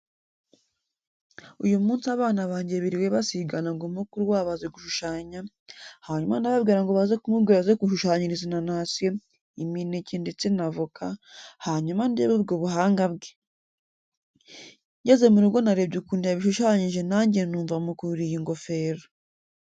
Uyu munsi abana banjye biriwe basigana ngo mukuru wabo azi gushushanya, hanyuma ndababwira ngo baze kumubwira aze kunshushanyiriza inanasi, imineke ndetse na voka, hanyuma ndebe ubwo buhanga bwe. Ngeze mu rugo narebye ukuntu yabishushanyije nanjye numva mukuriye ingofero.